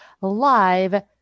live